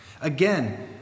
Again